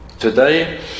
Today